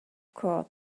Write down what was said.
course